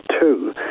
two